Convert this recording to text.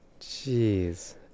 Jeez